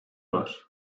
var